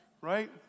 right